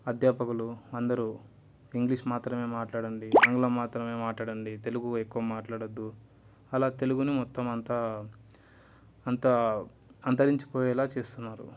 అధ్యాపకులు అందరూ ఇంగ్లీష్ మాత్రమే మాట్లాడండి ఆంగ్లం మాత్రమే మాట్లాడండి తెలుగు ఎక్కువ మాట్లాడొద్దు అలా తెలుగుని మొత్తం అంతా అంతా అంతరించిపోయేలా చేస్తున్నారు